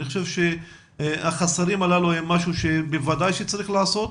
אני חושב שהחסרים הללו הם בוודאי משהו שצריך לעשות,